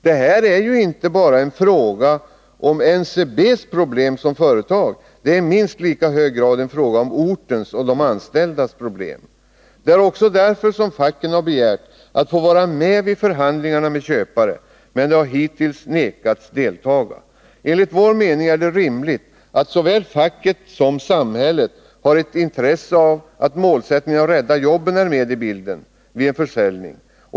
Detta är inte en fråga enbart om NCB:s problem — det är i minst lika hög grad en fråga om ortens och de anställdas problem. Det är också därför som facken har begärt att få vara med vid förhandlingar med köpare, men de har hittills vägrats deltaga. Enligt vår mening är det rimligt att såväl facket som samhället har ett intresse av att målsättningen att rädda jobben är med i bilden vid en försäljning.